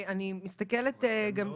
הם לא